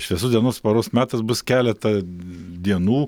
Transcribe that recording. šviesus dienos paros metas bus keletą d dienų